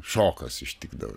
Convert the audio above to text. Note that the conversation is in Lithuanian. šokas ištikdavo